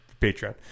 patreon